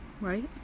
right